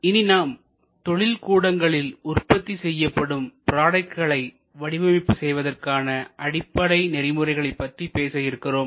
இனி நாம் தொழில் கூடங்களில் உற்பத்தி செய்யப்படும் ப்ராடக்ட்களை வடிவமைப்பு செய்வதற்கான அடிப்படை நெறிமுறைகளை பற்றி பேச இருக்கிறோம்